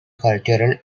cultural